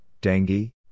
dengue